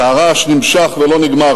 והרעש נמשך ולא נגמר.